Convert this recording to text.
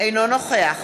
אינו נוכח